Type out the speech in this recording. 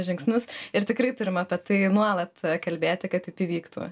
žingsnius ir tikrai turim apie tai nuolat kalbėti kad taip įvyktų